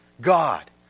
God